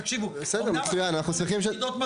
תקשיבו, אמנם אני --- יחידות מתמטיקה.